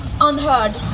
unheard